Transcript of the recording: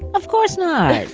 of course not